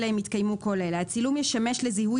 אלא אם כן התקיימו כל אלה: (1)הצילום ישמש לזיהוי